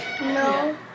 No